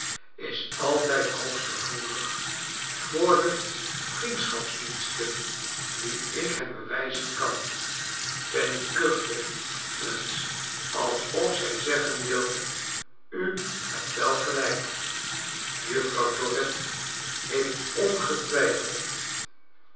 is altijd hoogst gevoelig voor de vriendschapsdiensten die ik hem bewijzen kan fanny kuchte eens alsof zij zeggen wilde u hebt wel gelijk juffrouw dorrit heeft ongetwijfeld